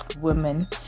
women